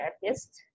therapist